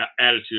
attitude